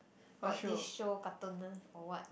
got this show cartoon ah or what